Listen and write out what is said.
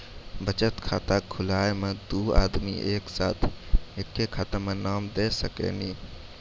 बचत खाता खुलाए मे दू आदमी एक साथ एके खाता मे नाम दे सकी नी?